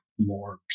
More